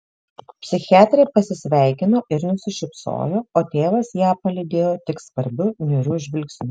psichiatrė pasisveikino ir nusišypsojo o tėvas ją palydėjo tik skvarbiu niūriu žvilgsniu